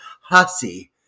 hussy